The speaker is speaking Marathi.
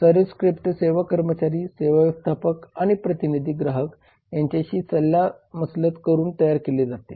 सर्व्हिस स्क्रिप्ट सेवा कर्मचारी सेवा व्यवस्थापक आणि प्रतिनिधी ग्राहक यांच्याशी सल्लामसलत करून तयार केले जाते